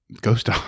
Ghost